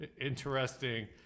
interesting